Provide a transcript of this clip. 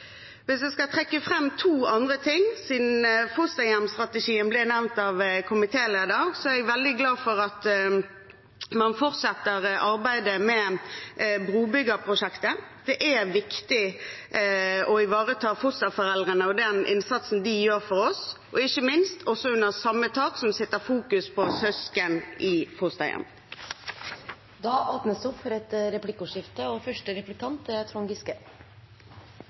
Hvis jeg skal trekke fram to andre ting, siden fosterhjemsstrategien ble nevnt av komitélederen, så er jeg veldig glad for at man fortsetter arbeidet med brobyggerprosjektet. Det er viktig å ivareta fosterforeldrene og den innsatsen de gjør for oss, og ikke minst – også under samme tak – må vi fokusere på søsken i fosterhjem. Det blir replikkordskifte. I replikken til Kari Henriksen sa Fremskrittspartiet at det